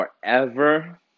forever